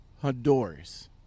Honduras